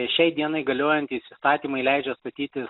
šiai dienai galiojantys įstatymai leidžia statyti